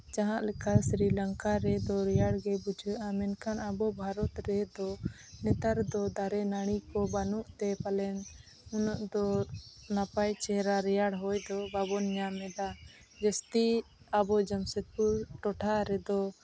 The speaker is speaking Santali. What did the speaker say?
ᱡᱟᱦᱟᱸ ᱞᱮᱠᱟ ᱥᱨᱤᱞᱚᱝᱠᱟ ᱨᱮᱫᱚ ᱨᱮᱭᱟᱲ ᱜᱮ ᱵᱩᱡᱷᱟᱹᱜᱼᱟ ᱢᱮᱱᱠᱷᱟᱱ ᱟᱵᱚ ᱵᱷᱟᱨᱚᱛ ᱨᱮᱫᱚ ᱱᱮᱛᱟᱨ ᱫᱚ ᱫᱟᱨᱮᱼᱱᱟᱹᱲᱤ ᱠᱚ ᱵᱟᱹᱱᱩᱜ ᱛᱮ ᱯᱟᱞᱮᱱ ᱱᱩᱱᱟᱹᱜ ᱫᱚ ᱱᱟᱯᱟᱭ ᱪᱮᱦᱨᱟ ᱨᱮᱭᱟᱲ ᱦᱚᱭ ᱫᱚ ᱵᱟᱵᱚᱱ ᱧᱟᱢᱮᱫᱟ ᱡᱟᱹᱥᱛᱤ ᱟᱵᱚ ᱡᱟᱢᱥᱮᱫᱽᱯᱩᱨ ᱴᱚᱴᱷᱟ ᱨᱮᱫᱚ